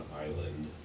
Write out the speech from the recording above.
island